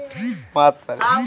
बीज शोधन किसे कहते हैं?